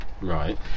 right